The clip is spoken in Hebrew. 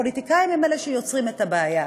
פוליטיקאים הם שיוצרים את הבעיה.